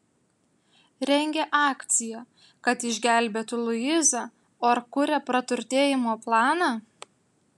rengia akciją kad išgelbėtų luizą ar kuria praturtėjimo planą